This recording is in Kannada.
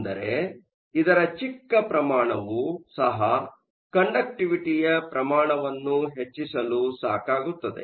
ಅಂದರೆ ಇದರ ಚಿಕ್ಕ ಪ್ರಮಾಣವು ಸಹ ಕಂಡಕ್ಟಿವಿಟಿಯ ಪ್ರಮಾಣವನ್ನು ಹೆಚ್ಚಿಸಲು ಸಾಕಾಗುತ್ತದೆ